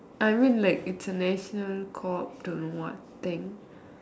I mean like it's a national corp don't know what thing